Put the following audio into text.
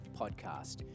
Podcast